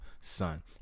son